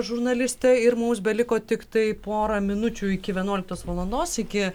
žurnalistė ir mums beliko tiktai porą minučių iki vienuoliktos valandos iki